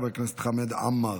חבר הכנסת חמד עמאר,